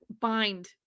bind